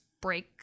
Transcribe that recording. break